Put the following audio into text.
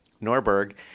Norberg